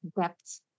depth